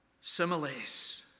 similes